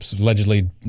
allegedly